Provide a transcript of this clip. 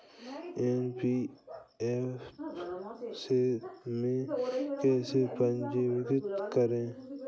NBFC में कैसे पंजीकृत करें?